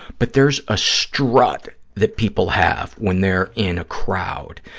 but there's a strut that people have when they're in a crowd.